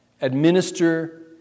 administer